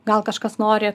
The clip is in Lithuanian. gal kažkas nori